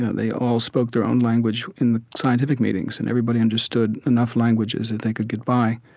they all spoke their own language in the scientific meetings and everybody understood enough languages that they could get by.